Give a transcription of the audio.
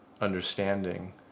understanding